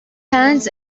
hands